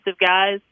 guys